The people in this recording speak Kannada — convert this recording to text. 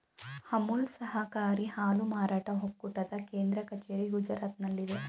ಅಮುಲ್ ಸಹಕಾರಿ ಹಾಲು ಮಾರಾಟ ಒಕ್ಕೂಟದ ಕೇಂದ್ರ ಕಚೇರಿ ಗುಜರಾತ್ನಲ್ಲಿದೆ